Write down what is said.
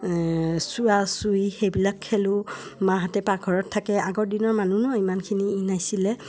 চোৱা চুই সেইবিলাক খেলোঁ মাহঁতে পাকঘৰত থাকে আগৰ দিনৰ মানুহ ন ইমানখিনি ই নাছিলে